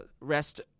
rest